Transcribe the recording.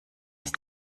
ist